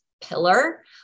pillar